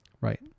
Right